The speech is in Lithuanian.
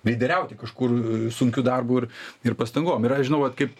lyderiauti kažkur sunkiu darbu ir ir pastangom yra žinau vat kaip